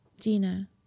Gina